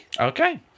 Okay